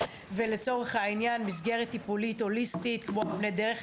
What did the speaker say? ולצורך העניין מסגרת טיפולית הוליסטית כמו "אבני דרך",